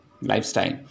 lifestyle